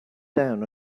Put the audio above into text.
down